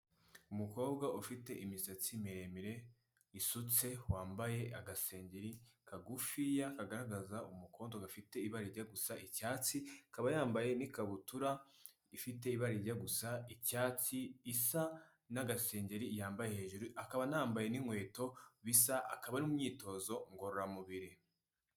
Umukobwa ufite imisatsi miremire isutse wambaye agasengeri kagufiya, kagaragaza umukobwa gafite ibara rijya gusa icyatsi, akaba yambaye n'ikabutura ifite ibara rijya gusa icyatsi, isa n'agasengeri yambaye hejuru, akaba anambaye n'inkweto bisa, akaba ari mu myitozo ngororamubiri.